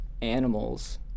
animals